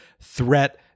threat